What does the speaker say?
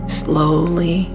slowly